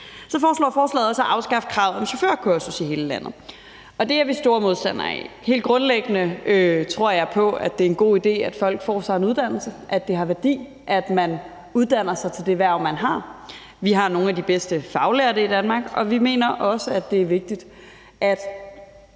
det også i forslaget at afskaffe kravet om chaufførkursus i hele landet. Og det er vi store modstandere af. Helt grundlæggende tror jeg på, at det er en god idé, at folk får sig en uddannelse, og at det har værdi, at man uddanner sig til det hverv, man har. Vi har nogle af de bedste faglærte i Danmark. Og vi mener også, at det er vigtigt, at